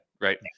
right